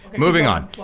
moving on,